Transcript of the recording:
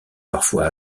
parfois